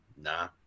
nah